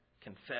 confess